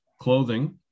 clothing